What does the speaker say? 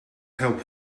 help